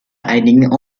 einigen